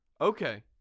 Okay